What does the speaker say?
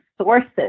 sources